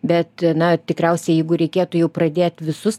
bet na tikriausiai jeigu reikėtų jau pradėt visus